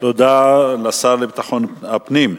תודה לשר לביטחון הפנים.